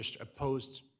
opposed